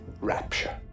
rapture